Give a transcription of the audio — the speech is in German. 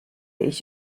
ich